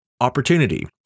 opportunity